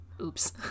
Oops